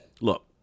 look